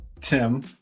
Tim